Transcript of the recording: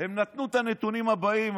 הם נתנו את הנתונים הבאים,